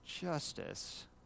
justice